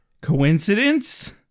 Coincidence